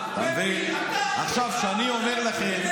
אתה פריבילג, מסתובב עם,